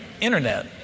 internet